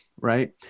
right